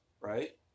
right